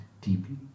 deeply